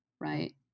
right